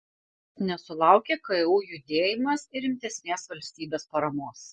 nesulaukė ku judėjimas ir rimtesnės valstybės paramos